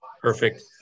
Perfect